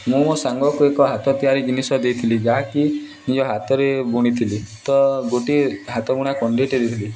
ମୁଁ ମୋ ସାଙ୍ଗକୁ ଏକ ହାତ ତିଆରି ଜିନିଷ ଦେଇଥିଲି ଯାହାକି ନିଜ ହାତରେ ବୁଣିଥିଲି ତ ଗୋଟିଏ ହାତ ବୁଣା କଣ୍ଢେଇଟେ ଦେଇଥିଲି